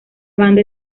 banda